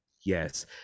Yes